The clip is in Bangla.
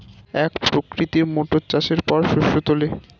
এক প্রকৃতির মোটর চাষের পর শস্য তোলে